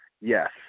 Yes